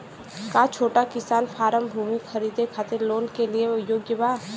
का छोटा किसान फारम भूमि खरीदे खातिर लोन के लिए योग्य बा?